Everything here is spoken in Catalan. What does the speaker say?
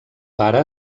pare